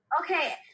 Okay